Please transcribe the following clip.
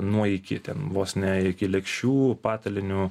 nuo iki ten vos ne iki lėkščių patalynių